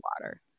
water